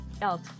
else